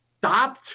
stop